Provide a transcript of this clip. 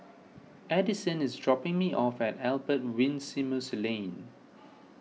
Addisyn is dropping me off at Albert Winsemius Lane